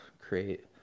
create